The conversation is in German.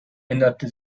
änderte